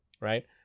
Right